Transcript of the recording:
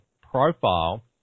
profile